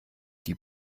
die